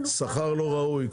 שכר לא ראוי?